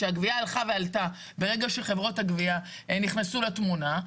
שהגבייה הלכה ועלתה ברגע שחברות הגבייה נכנסו לתמונה.